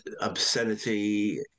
obscenity